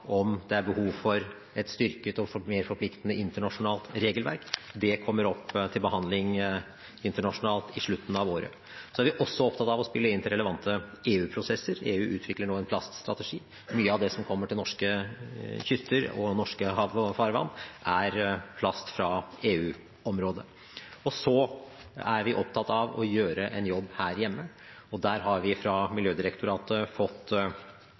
om det er behov for et styrket og mer forpliktende internasjonalt regelverk. Det kommer opp til behandling internasjonalt i slutten av året. Så er vi også opptatt av å spille inn til relevante EU-prosesser. EU utvikler nå en plaststrategi. Mye av det som kommer til norsk kyst og norske farvann, er plast fra EU-området. Vi er opptatt av å gjøre en jobb her hjemme. I den forbindelse har vi fra Miljødirektoratet fått